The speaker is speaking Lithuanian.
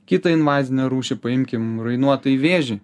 kitą invazinę rūšį paimkim rainuotąjį vėžį